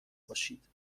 باشید